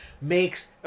makes